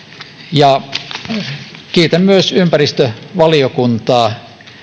ja kiitän myös ympäristövaliokuntaa